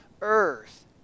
earth